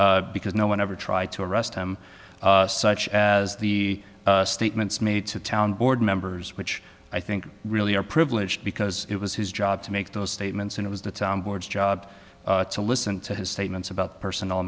arrest because no one ever tried to arrest him such as the statements made to town board members which i think really are privileged because it was his job to make those statements and it was the town board's job to listen to his statements about personal